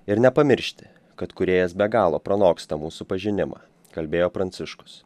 ir nepamiršti kad kūrėjas be galo pranoksta mūsų pažinimą kalbėjo pranciškus